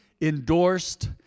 endorsed